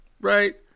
Right